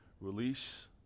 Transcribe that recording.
release